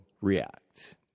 react